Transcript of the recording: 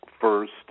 first